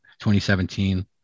2017